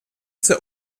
zwei